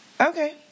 Okay